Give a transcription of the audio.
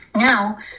Now